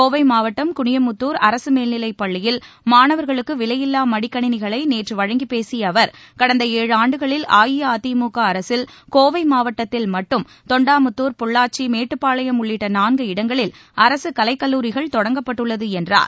கோவை மாவட்டம் குனியமுத்தூர் அரசு மேல்நிலைப் பள்ளியில் மாணவர்களுக்கு விலையில்வா மடிக்கணினிகளை நேற்று வழங்கிப் பேசிய அவர் கடந்த ஏழு ஆண்டுகளில் அஇஅதிமுக அரசில் கோவை மாவட்டத்தில் மட்டும் தொண்டாமுத்தூர் பொள்ளாச்சி மேட்டுப்பாளையம் உள்ளிட்ட நான்கு இடங்களில் அரசு கலைக் கல்லூரிகள் தொடங்கப்பட்டுள்ளது என்றார்